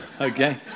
okay